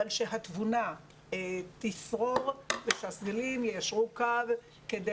אבל שהתבונה תשרור ושהסגלים יישרו קו כדי